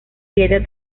dieta